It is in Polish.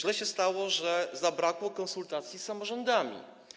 Źle się stało, że zabrakło konsultacji z samorządami.